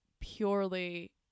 purely